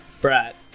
Brat